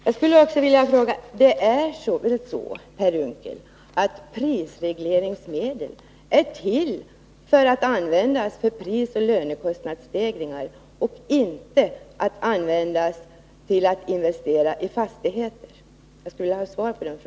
Jag skulle också vilja ha svar på frågan: Är prisregleringsmedel till för att användas till prisoch lönekostnadsstegringar och inte till att investera i fastigheter?